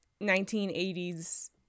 1980s